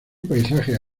paisajes